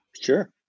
Sure